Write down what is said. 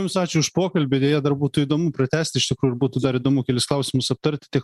jums ačiū už pokalbį deja dar būtų įdomu pratęsti iš tikrųjų ir būtų dar įdomu kelis klausimus aptarti tiek